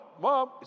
Mom